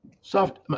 soft